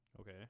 Okay